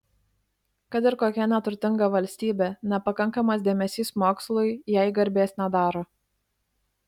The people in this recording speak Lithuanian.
kad ir kokia neturtinga valstybė nepakankamas dėmesys mokslui jai garbės nedaro